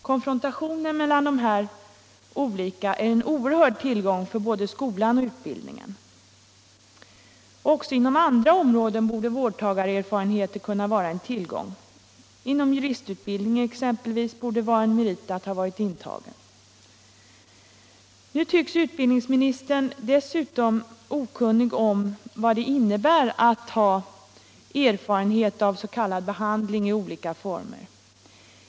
Konfrontationen mellan de här olika grupperna är en oerhörd tillgång för både skolan och utbildningen. Också inom andra områden borde vårdtagarerfarenhet kunna vara en tillgång. Inom juristutbildningen exempelvis borde det vara en merit att ha varit intagen. Nu tycks utbildningsministern dessutom vara okunnig om vad det innebär att ha erfarenhet av s.k. behandling i olika former.